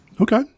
Okay